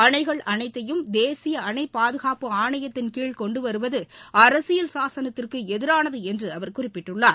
அணைகள் அனைத்தையும் தேசிய அணை பாதுகாப்பு ஆணையத்தின் கீழ் கொண்டு வருவது அரசியல் சாசனத்திற்கு எதிரானது என்று அவர் குறிப்பிட்டுள்ளார்